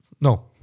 No